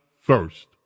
first